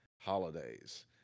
holidays